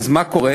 ואז מה קורה?